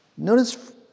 Notice